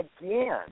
again